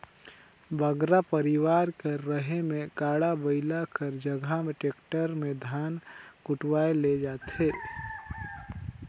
बगरा परिवार कर रहें में गाड़ा बइला कर जगहा टेक्टर में धान कुटवाए ले जाथें